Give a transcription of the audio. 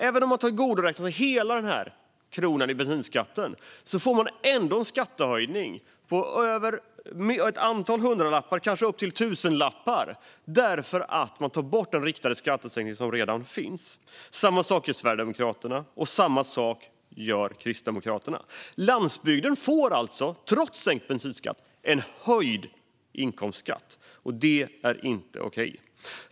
Även om hela denna krona i bensinskattesänkning tillgodoräknas blir det ändå en skattehöjning med ett antal hundralappar, kanske tusenlappar, därför att den riktade skattesänkning som redan finns tas bort. Samma sak gör Sverigedemokraterna, och samma sak gör Kristdemokraterna. Landsbygden får alltså, trots sänkt bensinskatt, en höjd inkomstskatt. Det är inte okej.